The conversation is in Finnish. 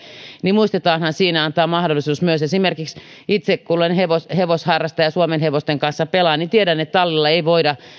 niin muistetaanhan siinä antaa mahdollisuus myös siihen ettei jouduta laittamaan hevostalleja kiinni esimerkiksi kun itse olen hevosharrastaja suomenhevosten kanssa pelaan niin tiedän että tallilla ei voida